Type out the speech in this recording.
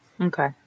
Okay